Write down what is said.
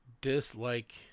dislike